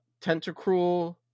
Tentacruel